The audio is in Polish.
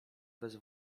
bez